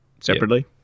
separately